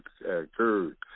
occurred